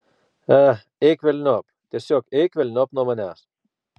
a eik velniop tiesiog eik velniop nuo manęs